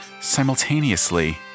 simultaneously